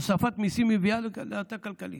הוספת מיסים מביאה להאטה כלכלית.